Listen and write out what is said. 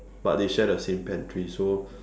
but they share the same pantry so